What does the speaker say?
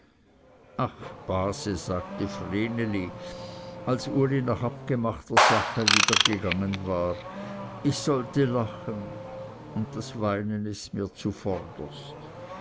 ach base sagte vreneli als uli nach abgemachter sache wieder gegangen war ich sollte lachen und das weinen ist mir zuvorderst